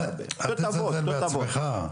אל תזלזל בעצמך.